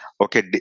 Okay